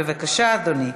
בבקשה, אדוני.